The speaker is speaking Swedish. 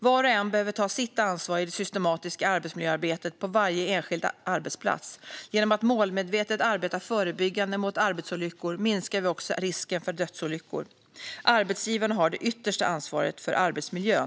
Var och en behöver ta sitt ansvar i det systematiska arbetsmiljöarbetet på varje enskild arbetsplats. Genom att målmedvetet arbeta förebyggande mot arbetsolyckor minskar vi också risken för dödsolyckor. Arbetsgivarna har det yttersta ansvaret för arbetsmiljön.